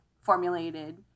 formulated